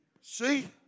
See